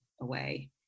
away